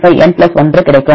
95n 1 கிடைக்கும்